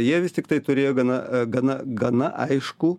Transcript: jie vis tiktai turėjo gana gana gana aiškų